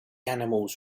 animals